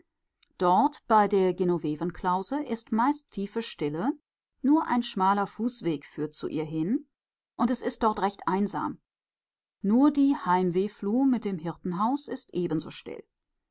dort bei der genovevenklause ist meist tiefe stille nur ein schmaler fußweg führt zu ihr hin und es ist dort recht einsam nur die heimwehfluh mit dem hirtenhaus ist ebenso still